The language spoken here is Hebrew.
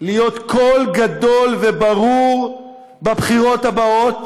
להיות קול גדול וברור בבחירות הבאות,